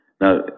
Now